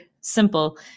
simple